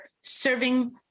serving